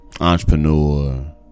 Entrepreneur